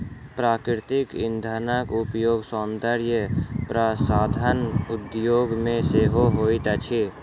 प्राकृतिक इंधनक उपयोग सौंदर्य प्रसाधन उद्योग मे सेहो होइत अछि